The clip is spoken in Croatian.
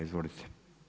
Izvolite.